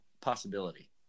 possibility